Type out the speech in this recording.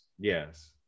yes